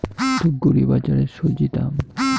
ধূপগুড়ি বাজারের স্বজি দাম?